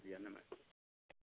भैया नमस्ते